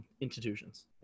institutions